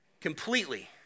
completely